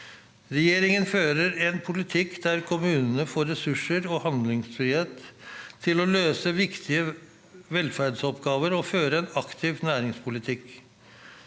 Regjeringen fører en politikk der kommunene får ressurser og handlefrihet til å løse viktige velferdsoppgaver og føre en aktiv næringspolitikk.